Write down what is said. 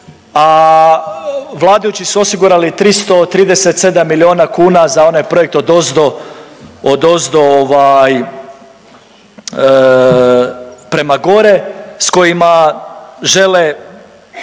a vladajući su osigurali 337 milijuna kuna za onaj projekt odozdo prema gore s kojima žele